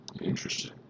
Interesting